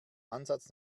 ansatz